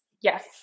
Yes